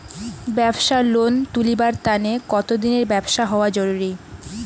ব্যাবসার লোন তুলিবার তানে কতদিনের ব্যবসা হওয়া জরুরি?